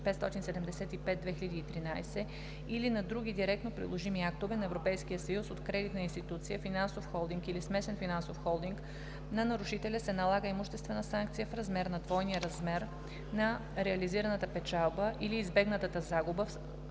575/2013 или на други директно приложими актове на Европейския съюз от кредитна институция, финансов холдинг или смесен финансов холдинг на нарушителя се налага имуществена санкция в размер до двойния размер на реализираната печалба или избегнатата загуба